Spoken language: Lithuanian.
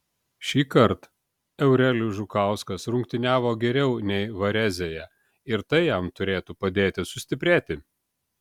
šįkart eurelijus žukauskas rungtyniavo geriau nei varezėje ir tai jam turėtų padėti sustiprėti